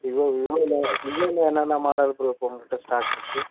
Vivo விவோல விவோல என்னென்ன மாடல் ப்ரோ இப்போ உங்கட்ட ஸ்டாக் இருக்குது